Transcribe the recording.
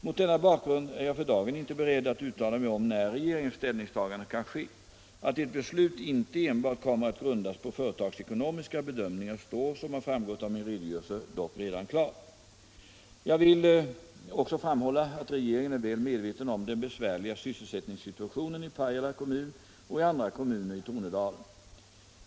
Mot denna bakgrund är jag för dagen inte beredd att uttala mig om när regeringens ställningstagande kan ske. Att ett beslut inte enbart kommer att grundas på företagsekonomiska bedömningar står, som har framgått av min redogörelse, dock redan nu klart. Jag vill också framhålla att regeringen är väl medveten om den besvärliga sysselsättningssituationen i Pajala kommun och i andra kommuner i Tornedalen.